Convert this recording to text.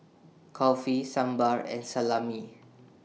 Kulfi Sambar and Salami